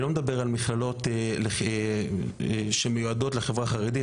אני לא מדבר על מכללות שמיועדות לחברה החרדית,